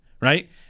right